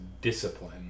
discipline